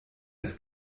das